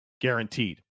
guaranteed